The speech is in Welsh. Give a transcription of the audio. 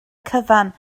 cyfan